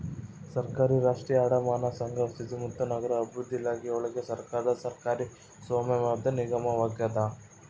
ಸರ್ಕಾರಿ ರಾಷ್ಟ್ರೀಯ ಅಡಮಾನ ಸಂಘ ವಸತಿ ಮತ್ತು ನಗರಾಭಿವೃದ್ಧಿ ಇಲಾಖೆಯೊಳಗಿನ ಸರ್ಕಾರದ ಸರ್ಕಾರಿ ಸ್ವಾಮ್ಯದ ನಿಗಮವಾಗ್ಯದ